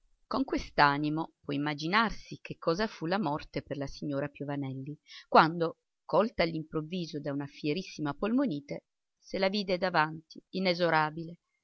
con quest'animo può immaginarsi che cosa fu la morte per la signora piovanelli quando colta all'improvviso da una fierissima polmonite se la vide davanti inesorabile